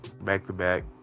back-to-back